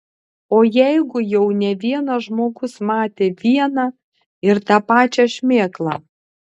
o jeigu jau ne vienas žmogus matė vieną ir tą pačią šmėklą